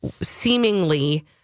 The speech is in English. seemingly